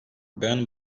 ben